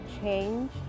change